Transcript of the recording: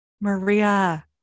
Maria